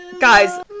Guys